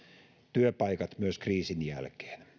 työpaikat myös kriisin jälkeen